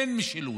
אין משילות.